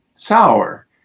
sour